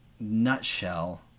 nutshell